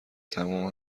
تموم